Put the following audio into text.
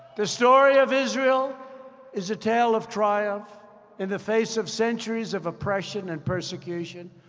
the story of israel is a tale of triumph in the face of centuries of oppression and persecution.